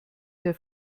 der